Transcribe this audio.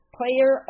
player